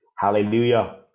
Hallelujah